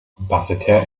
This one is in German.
basseterre